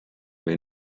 või